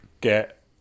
get